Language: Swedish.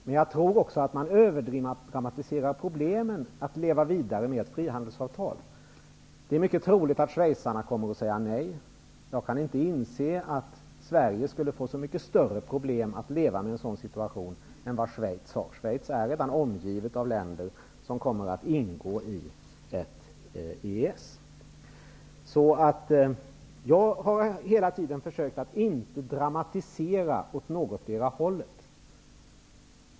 Men jag tror också att man överdramatiserar problemen med att leva vidare med ett frihandelsavtal. Det är mycket troligt att schweizarna kommer att säga nej. Jag kan inte inse att Sverige skulle få så mycket större problem med att leva i en sådan situation än vad Schweiz har. Schweiz är redan omgivet av länder som kommer att ingå i ett EES. Jag har hela tiden försökt att inte dramatisera åt någondera hållet.